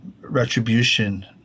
retribution